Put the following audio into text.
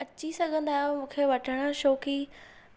अची सघंदा आहियो मूंखे वठण छोकी